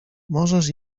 możesz